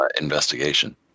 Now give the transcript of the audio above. investigation